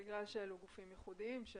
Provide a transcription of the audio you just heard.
בגלל שאלו גופים ייחודיים.